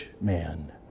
man